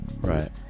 Right